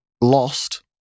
lost